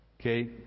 okay